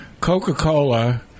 Coca-Cola